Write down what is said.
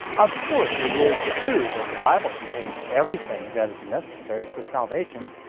of course it is true that the bible contains everything that is necessary for salvation,